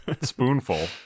spoonful